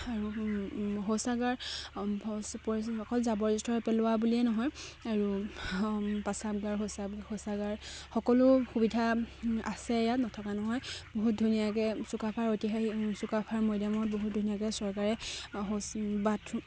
আৰু শৌচাগাৰ শৌচ অকল জাবৰ জোথৰ পেলোৱা বুলিয়ে নহয় আৰু প্ৰাচাৱগাৰ শৌচাগাৰ শৌচাগাৰ সকলো সুবিধা আছে ইয়াত নথকা নহয় বহুত ধুনীয়াকৈ চুকাফাৰ ঐতিহাসিক চুকাফাৰ মৈদামত বহুত ধুনীয়াকৈ চৰকাৰে শৌচ বাথৰূম